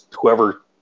whoever